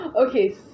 Okay